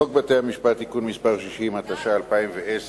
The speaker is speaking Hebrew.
חוק בתי-המשפט (תיקון מס' 60), התש"ע 2010,